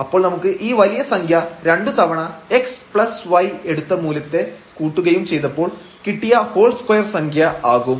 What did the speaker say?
അപ്പോൾ നമുക്ക് ഈ വലിയ സംഖ്യ രണ്ടുതവണ |x||y| എടുത്ത മൂല്യത്തെ കൂട്ടുകയും ചെയ്തപ്പോൾ കിട്ടിയ ഹോൾ സ്ക്വയർ സംഖ്യ ആകും